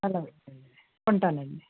అలాగే ఉంటాను అండి